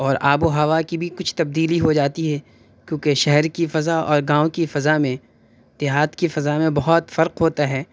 اور آب و ہوا کی بھی کچھ تبدیلی ہو جاتی ہے کیونکہ شہر کی فضا اور گاؤں کی فضا میں دیہات کی فضا میں بہت فرق ہوتا ہے